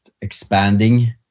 expanding